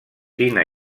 fina